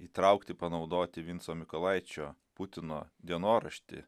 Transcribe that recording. įtraukti panaudoti vinco mykolaičio putino dienoraštį